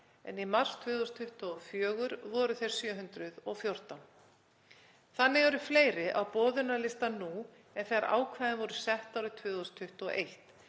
en í mars 2024 voru þeir 714. Þannig eru fleiri á boðunarlista nú en þegar ákvæðin voru sett árið 2021